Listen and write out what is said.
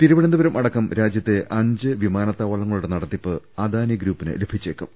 തിരുവനന്തപുരം അടക്കം രാജ്യത്തെ അഞ്ച് വിമാനത്താവളങ്ങ ളുടെ നടത്തിപ്പ് അദാനി ഗ്രൂപ്പിന് ലഭിച്ചേക്കും